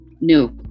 no